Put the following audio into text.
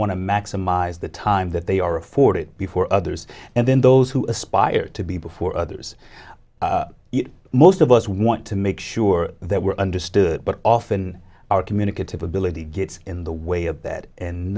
want to maximize the time that they are afforded before others and then those who aspire to be before others most of us want to make sure that we're understood but often our communicative ability gets in the way of